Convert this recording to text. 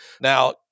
Now